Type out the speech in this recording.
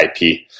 IP